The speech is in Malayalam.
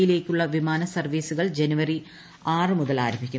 യിലേക്കുളള വിമാന സർവീസുകൾ ജനുവരി ആറ് മുതൽ ആരംഭിക്കും